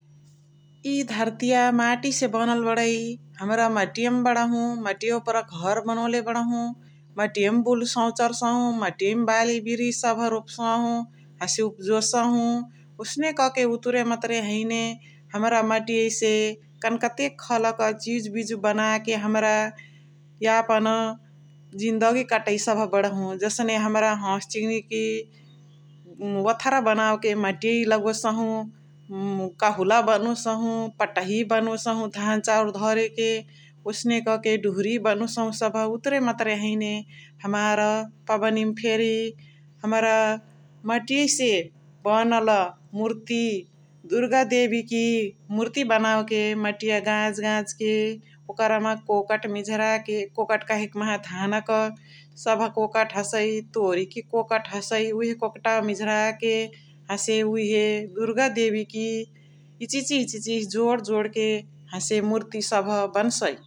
इ धर्तिया मातिसे बनल बनल बणइ । हमरा मटियामा बणहु, मटिया ओपरा घर बनोले बणहु । मटिय बुल्साहु चारहसाहु । मटिय बाली बिरिछ सबह रोपसाहु हसे उप्जोसहु । ओसने कके उतुरे मतुरे हैने हमरा मतिसे कन्कतेक चिजु बिजु बनाके हाम्राअ यापन जिन्दगी कतइ सबह बणहु । जसने हमरा हस चिङनिकी ओथरा बनवके मटी लगोसहु । कहुला बनोसहु पतही बनोसहु धान चाउर धाराके । ओसनेक कके डुहुरी बनोसहु सबह उतुरे मतुरे हैने हमार पबनिमा फेरी हमरा मटिसे बनल मुर्ति, दुर्गा देबाईकए मुर्ती बनवके मटिया गाज गाज के ओकरमा कोकत मिझराके । कोकत कहैक माहा धानक सबह कोकट हसइ तोरिकी कोकट हसइ । उहे कोकटावा मिझराके हसे उहे दुर्गा देबिकी इचिहिची इचिहिची जोण जाणके हसे मुर्ती सबह बन्साइ ।